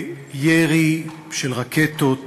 שירי מכוון של רקטות